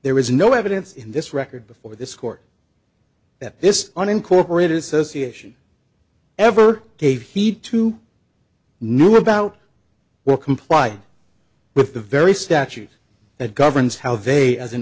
there is no evidence in this record before this court that this unincorporated association ever gave heed to know about will comply with the very statute that governs how they as an